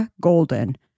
Golden